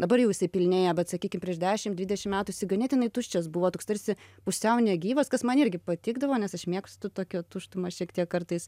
dabar jau jisai pilnėja bet sakykim prieš dešim dvidešim metų jisai ganėtinai tuščias buvo toks tarsi pusiau negyvas kas man irgi patikdavo nes aš mėgstu tokią tuštumą šiek tiek kartais